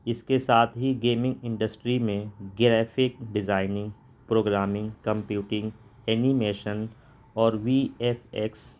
اس کے ساتھ ہی گیمنگ انڈسٹری میں graphic designing programming computing animation اور وی ایف ایکس